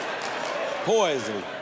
poison